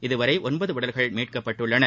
இதுவரை ஒன்பது உடல்கள் மீட்கப்பட்டுள்ளன